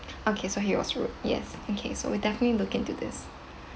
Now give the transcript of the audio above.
okay so he was rude yes okay so we'll definitely look into this